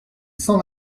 cent